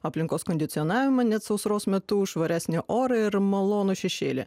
aplinkos kondicionavimą net sausros metu švaresnį orą ir malonų šešėlį